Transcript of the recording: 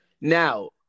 Now